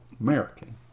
american